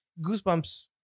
Goosebumps